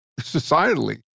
societally